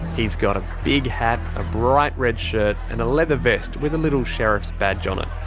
he's got a big hat, a bright red shirt, and a leather vest with a little sheriff's badge on it.